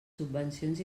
subvencions